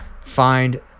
find